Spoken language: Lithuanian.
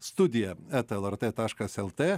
studija eta lrt taškas lt